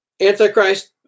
Antichrist